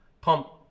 pump